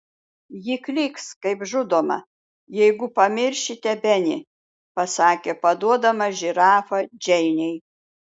ji klyks kaip žudoma jeigu pamiršite benį pasakė paduodama žirafą džeinei